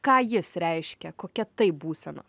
ką jis reiškia kokia tai būsena